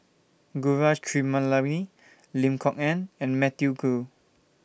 Gaurav Kripalani Lim Kok Ann and Matthew Ngui